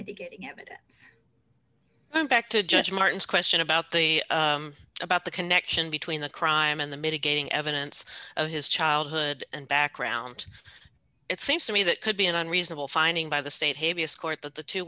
mitigating evidence back to judge martin's question about the about the connection between the crime and the mitigating evidence of his childhood and background it seems to me that could be an unreasonable finding by the state